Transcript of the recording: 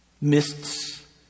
Mists